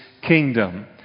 kingdom